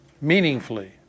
meaningfully